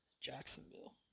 Jacksonville